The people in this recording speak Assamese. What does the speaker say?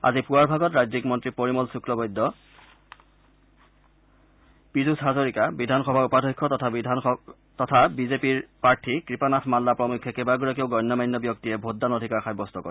আজি পুৱাৰ ভাগত ৰাজ্যিক মন্ত্ৰী পৰিমল শুক্লবৈদ্য পীয়ুষ হাজৰিকা বিধানসভাৰ উপাধক্ষ্য তথা বিজেপিৰ প্ৰাৰ্থী কপানাথ মাল্লা প্ৰমুখ্যে কেইবাগৰাকীও গণ্যমান্য ব্যক্তিয়ে ভোটদান অধিকাৰ সাব্যস্ত কৰে